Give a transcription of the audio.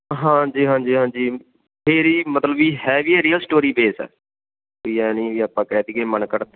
ਹਾਂਜੀ ਹਾਂਜੀ ਹਾਂਜੀ ਮੇਰੀ ਮਤਲਬ ਵੀ ਹੈਗੀ ਆ ਰੀਅਲ ਸਟੋਰੀ ਬੇਸ ਕੋਈ ਐਂ ਨਹੀਂ ਵੀ ਆਪਾਂ ਕਹਿ ਦੇਈਏ ਮਨਘੜਤ